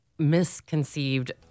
misconceived